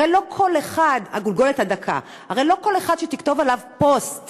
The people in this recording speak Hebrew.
הרי לא כל אחד שתכתוב עליו פוסט